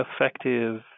effective